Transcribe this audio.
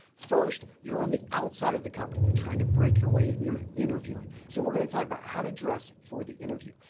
first, you're on the outside of the company, you're trying to break your way in, you're interviewing, so we're going to talk about how to dress for the interview.